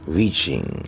reaching